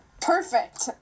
Perfect